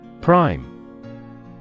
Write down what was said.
Prime